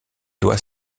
doit